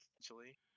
essentially